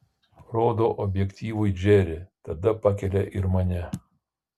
rodo objektyvui džerį tada pakelia ir mane